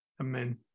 Amen